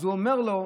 אז הוא אומר לו,